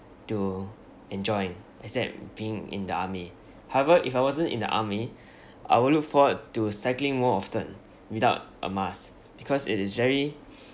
to enjoy except being in the army however if I wasn't in the army I will look forward to cycling more often without a mask because it is very